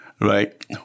right